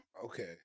Okay